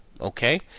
Okay